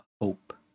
hope